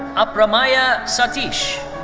aprameya satish.